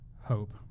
hope